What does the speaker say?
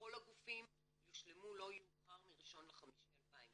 בכל הגופים יושלמו לא יאוחר מה-1.5.2019,